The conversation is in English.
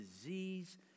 disease